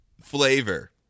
Flavor